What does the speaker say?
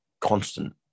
constant